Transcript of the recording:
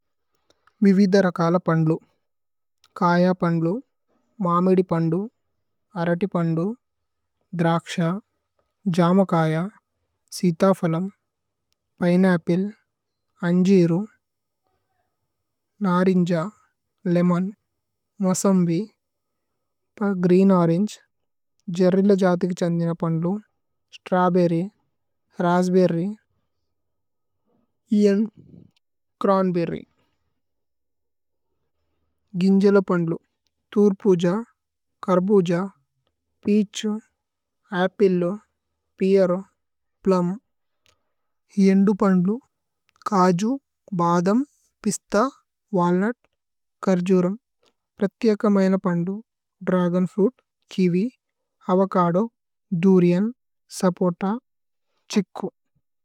വിവിദ രകല പന്ദു, കയ പന്ദു, മമിദി പന്ദു, അരതി പന്ദു, ദ്രക്ശ, ജമകയ, സിഥ ഫലമ്, പിനേ അപ്പ്ലേ, അന്ജിരു, നരിന്ജ, ലേമോന്। മസമ്ബി, ഗ്രീന് ഓരന്ഗേ, ജേര്രില ജഥിക് ഛന്ദിന പന്ദു, സ്ത്രബേരി, രസ്ബേരി, ഇഏന്, ക്രോന്ബേരി, ഗിന്ജല പന്ദു, തുര് പുജ, കര് പുജ, പീഛു, അപില്ലു। പിഏരു, പ്ലുമ്, ഇഏന്ദു പന്ദു, കജു, ബദമ്, പിസ്ഥ, വല്നുത്, കര്ജുര, പ്രഥിയകമയന പന്ദു, ദ്രഗന് സുഇത്, കിവി, അവകദോ, ദുരിഅന്, സപോത, ഛിക്കു।